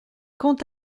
quant